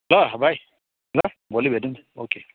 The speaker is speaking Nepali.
ल भाइ ल भोलि भेटौँ ओके